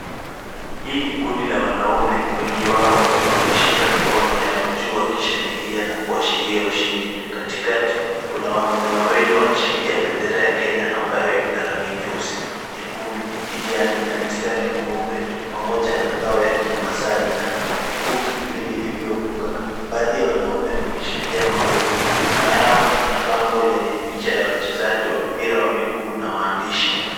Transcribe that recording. Hii ni kundi la wanaume, wengi wao wakiwa wameshika mikono yao juu wakishangilia na kuashiria ushindi. Katikati kuna wanaume wawili ambao wameshikilia bendera ya Kenya ambayo ina rangi nyeusi, nyekundu, kijani na mistari myeupe pamoja na ngao ya kimasai na mikuki miwili iliyovuka. Baadhi ya wanaume wameshikilia maua. Nyuma yao kuna bango lenye picha ya wachezaji wa mpira wa miguu na waandishi.